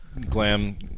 glam